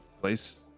place